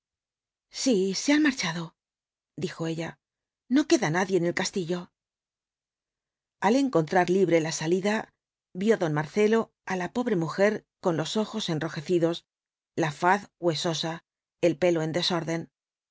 se han marchado dijo ella no queda nadie en el castillo al encontrar libre la salida vio don marcelo á la pobre mujer con los ojos enrojecidos la faz huesosa el pelo en desorden